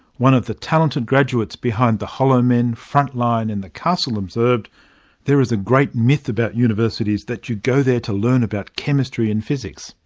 one of the talented graduates behind the hollowmen, frontline and the castle, observed there is a great myth about universities that you go there to learn about chemistry and physics,